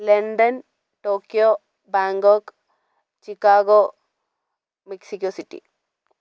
London Tokyo Bangkok Chicago Mexico city